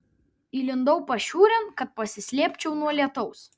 įlindau pašiūrėn kad pasislėpčiau nuo lietaus